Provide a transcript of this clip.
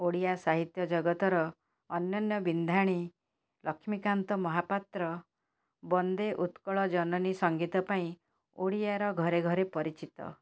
ଓଡ଼ିଆ ସାହିତ୍ୟ ଜଗତର ଅନନ୍ୟ ବିନ୍ଧାଣି ଲକ୍ଷ୍ମୀକାନ୍ତ ମହାପାତ୍ର ବନ୍ଦେ ଉତ୍କଳ ଜନନୀ ସଙ୍ଗୀତପାଇଁ ଓଡ଼ିଆର ଘରେ ଘରେ ପରିଚିତ